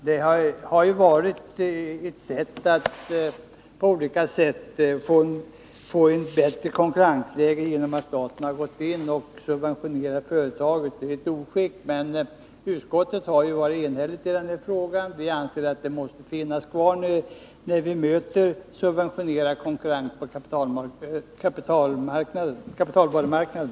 Man har sökt åstadkomma ett bättre konkurrensläge genom att staten har gått in och subventionerat företaget. Det är ett oskick. Utskottet har dock varit enhälligt i denna fråga. Vi anser att stödet måste finnas kvar, så länge vi möter subventionerad konkurrens på kapitalvarumarknaden.